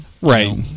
Right